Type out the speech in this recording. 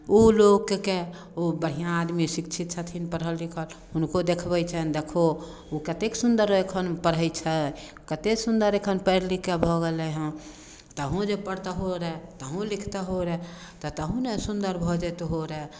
ओ लोककेँ ओ बढ़िआँ आदमी शिक्षित छथिन पढ़ल लिखल हुनको देखबै छनि देखो ओ कतेक सुन्दर एखन पढ़ि छै कते सुन्दर एखन पढ़ि लिखके भऽ गेलै हँ तहुँ जे पढ़तहोरऽ तहुँ लिखतहोरऽ तऽ तहुँ ने सुन्दर भऽ जइतहुँ रऽ